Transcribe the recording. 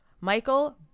Michael